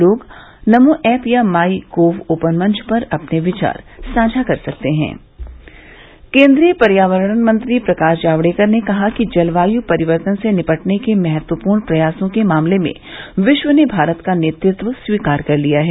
लोग नमो ऐप या my gov open मंच पर अपने विचार साझा कर सकते में है केन्द्रीय पर्यावरण मंत्री प्रकाश जावड़ेकर ने कहा है कि जलवायु परिवर्तन से निपटने के महत्वपूर्ण प्रयासों के मामले में विश्व ने भारत का नेतृत्व स्वीकार कर लिया है